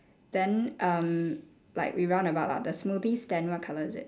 then um like we run about lah the smoothie stand what colour is it